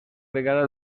vegada